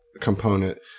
component